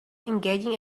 engaging